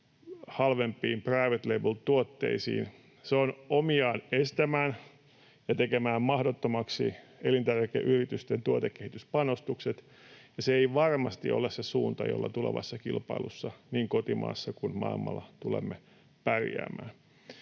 halvempiin private label ‑tuotteisiin, se on omiaan estämään ja tekemään mahdottomaksi elintarvikeyritysten tuotekehityspanostukset, ja se ei varmasti ole se suunta, jolla tulevassa kilpailussa niin kotimaassa kuin maailmalla tulemme pärjäämään.